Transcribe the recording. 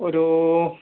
ഒരു